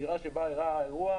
הדירה שבה היה האירוע,